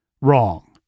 wrong